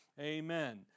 amen